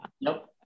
Nope